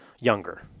younger